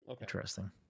Interesting